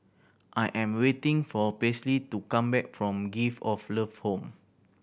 I am waiting for Paisley to come back from Gift of Love Home